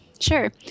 Sure